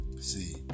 See